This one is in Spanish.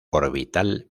orbital